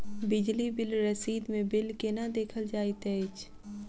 बिजली बिल रसीद मे बिल केना देखल जाइत अछि?